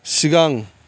सिगां